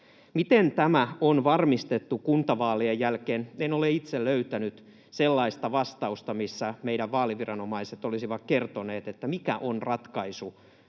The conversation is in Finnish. miten tämä on varmistettu kuntavaalien jälkeen. En ole itse löytänyt sellaista vastausta, missä meidän vaaliviranomaiset olisivat kertoneet, mikä on ratkaisu